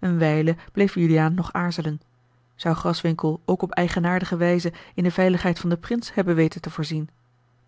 eene wijle bleef juliaan nog aarzelen zou graswinckel ook op eigenaardige wijze in de veiligheid van den prins hebben weten te voorzien